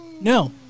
No